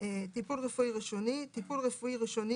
""טיפול רפואי ראשוני" טיפול רפואי ראשוני